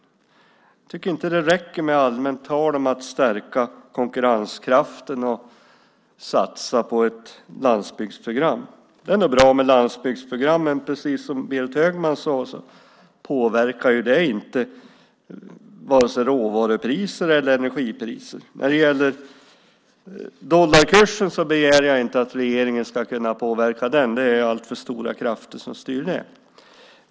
Det räcker inte med allmänt tal om att stärka konkurrenskraften och satsa på ett landsbygdsprogram. Det är nog bra med ett landsbygdsprogram, men precis som Berit Högman sade påverkar det ju inte vare sig råvarupriser eller energipriser. Jag begär inte att regeringen ska kunna påverka dollarkursen. Det är alltför stora krafter som styr den.